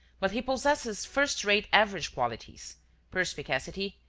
but he possesses first-rate average qualities perspicacity,